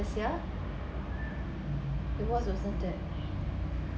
this year then what's your think that